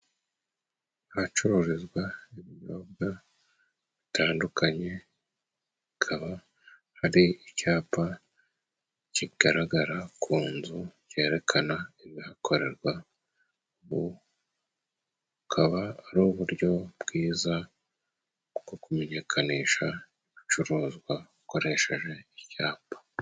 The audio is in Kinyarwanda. Ahacururizwa ibinyobwa bitandukanye, hakaba hari icyapa kigaragara ku nzu cyerekana ibikorerwa. Ubu bukaba ari uburyo bwiza bwo kumenyekanisha ibicuruzwa ukoresheje icyapa.